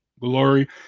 glory